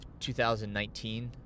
2019